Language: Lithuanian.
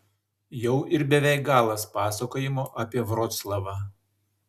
jau ir beveik galas pasakojimo apie vroclavą